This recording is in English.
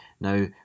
Now